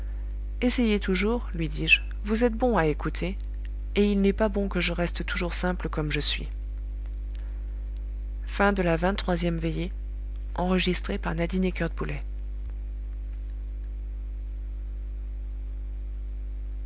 essayez toujours lui dis-je vous êtes bon à écouter et il n'est pas bon que je reste toujours simple comme je suis vingt-quatrième veillée